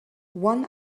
one